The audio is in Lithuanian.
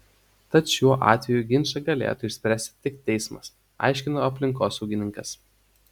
tad šiuo atveju ginčą galėtų išspręsti tik teismas aiškino aplinkosaugininkas